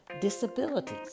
disabilities